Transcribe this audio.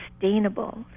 sustainable